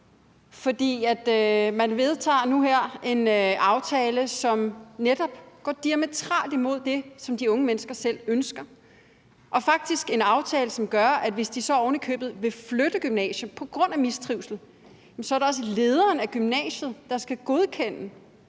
For man vedtager nu og her en aftale, som netop går diametralt imod det, som de unge mennesker selv ønsker. Det er faktisk en aftale, som gør, at hvis de oven i købet vil flytte gymnasium på grund af mistrivsel, er det også lederen af gymnasiet, der skal godkende,